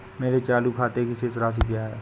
मेरे चालू खाते की शेष राशि क्या है?